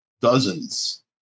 dozens